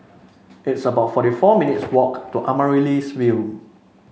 it's about forty four minutes' walk to Amaryllis Ville